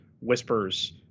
whispers